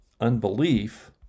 unbelief